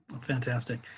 fantastic